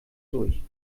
durch